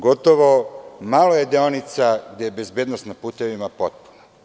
Gotovo malo je deonica gde je bezbednost na putevima potpuna.